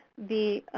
the